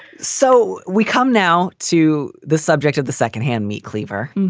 so we come now to the subject of the second hand meat cleaver.